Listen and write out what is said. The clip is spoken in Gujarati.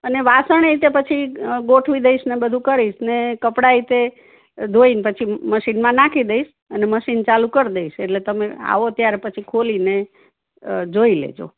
અને વાસણ એ તે પછી ગોઠવી દઇશને બધુ કરીશને કપળાએ તે ધોઇન પછી મશીનમાં નાખી દઇશ અને મશીન ચાલુ કરી દઇશ એટલે તમે આવો ત્યારે પછી ખોલીને જોઈ લેજો